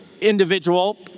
individual